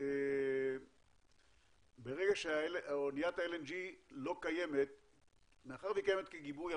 מאחר שהיא קיימת כגיבוי,